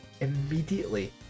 immediately